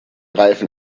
reifen